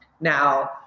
Now